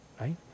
right